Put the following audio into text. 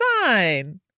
fine